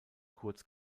kurz